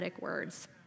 words